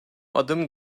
adım